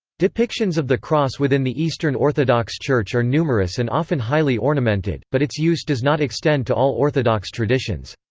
depictions of the cross within the eastern orthodox church are numerous and often highly ornamented, but its use does not extend to all orthodox traditions.